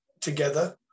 together